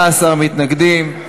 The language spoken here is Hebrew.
18 מתנגדים,